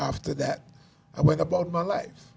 after that i went about my life